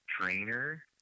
trainer